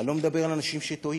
אני לא מדבר על אנשים שטועים,